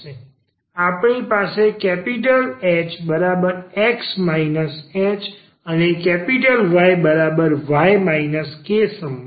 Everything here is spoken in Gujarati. આપણી પાસે Xx h અને Yy k સંબંધ છે